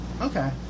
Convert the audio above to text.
Okay